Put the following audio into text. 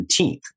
17th